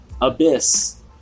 Abyss